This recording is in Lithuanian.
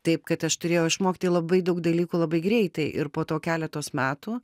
taip kad aš turėjau išmokti labai daug dalykų labai greitai ir po to keletos metų